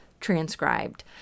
transcribed